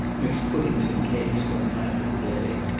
mix puddings and cakes one half of the day,